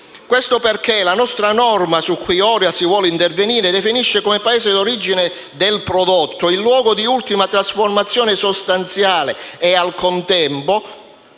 consumatori. La nostra norma, su cui ora si vuole intervenire, definisce come Paese d'origine del prodotto il luogo di ultima trasformazione sostanziale e, al contempo,